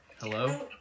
Hello